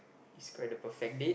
it's quite a perfect date